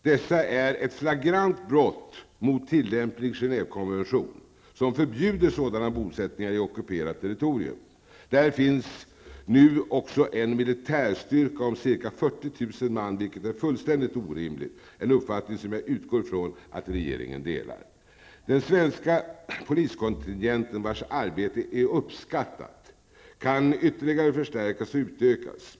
Dessa är ett flagrant brott mot tillämplig Genèvekonvention, som förbjuder sådana bosättningar i ockuperat territorium. Där finns nu en militärstyrka om ca 40 000 man, vilket är fullständigt orimligt -- en uppfattning som jag utgår ifrån att regeringen delar. Den svenska poliskontingenten, vars arbete är uppskattat, kan ytterligare förstärkas och utökas.